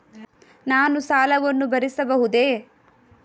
ನಾನು ಸಾಲವನ್ನು ಭರಿಸಬಹುದೇ?